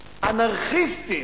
אנרכיסטיים,